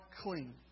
clean